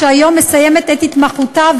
שהיום מסיימת את התמחותה,